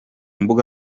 mbuga